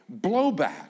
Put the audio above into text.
blowback